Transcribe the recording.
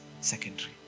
secondary